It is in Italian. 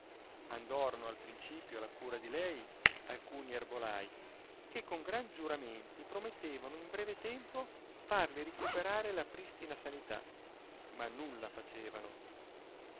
andorono al principio alla cura di lei alcuni erbolai che con gran giuramenti promettevano in breve tempo farle ricupei'are la pristina sanità ma nulla facevano